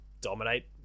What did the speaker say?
dominate